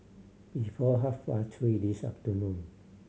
before half past three this afternoon